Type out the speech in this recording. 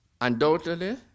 Undoubtedly